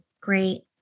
Great